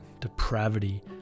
depravity